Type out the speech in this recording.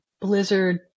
blizzard